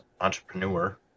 entrepreneur